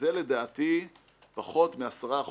זה לדעתי פחות מ-10%,